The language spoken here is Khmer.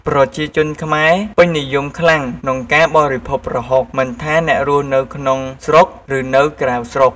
ប្រជាជនខ្មែរពេញនិយមខ្លាំងក្នុងការបរិភោគប្រហុក មិនថាអ្នករស់នៅក្នុងស្រុក ឬនៅក្រៅស្រុក។